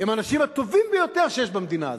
הם האנשים הטובים ביותר שיש במדינה הזאת.